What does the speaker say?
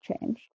changed